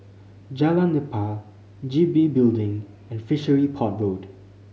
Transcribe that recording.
Jalan Nipah G B Building and Fishery Port Road